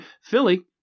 Philly